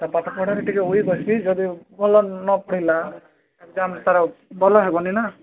ପାଠ ପଢ଼ାରେ ବି ଉଇକ୍ ଅଛି ଯଦି ଭଲ ନ ପଢ଼ିଲା ଏକଜାମ୍ ତା'ର ଭଲ ହେବନି ନା